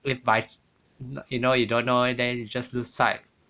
with my you know you don't know then you just lose sight